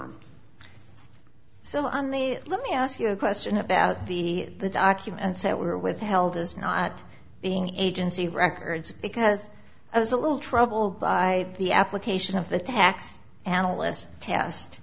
me ask you a question about the the documents that were withheld is not being agency records because i was a little troubled by the application of the tax analysts test